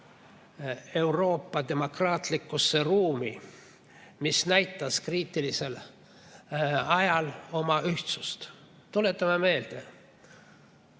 Euroopa demokraatlikusse ruumi, mis näitas kriitilisel ajal oma ühtsust. Tuletame meelde,